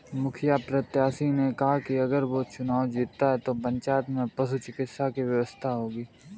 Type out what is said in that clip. मुखिया प्रत्याशी ने कहा कि अगर वो चुनाव जीतता है तो पंचायत में पशु चिकित्सा की व्यवस्था होगी